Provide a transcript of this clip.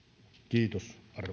kiitos